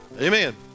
Amen